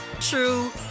true